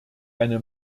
eine